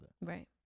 Right